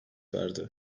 verdi